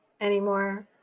anymore